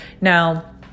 now